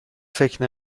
فکر